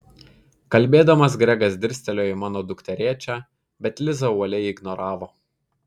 kalbėdamas gregas dirstelėjo į mano dukterėčią bet liza uoliai jį ignoravo